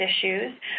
issues